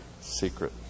secret